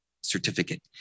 certificate